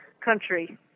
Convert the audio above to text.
country